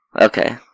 Okay